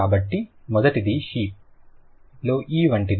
కాబట్టి మొదటిది షీప్ లో ఈ వంటిది